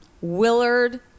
Willard